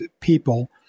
people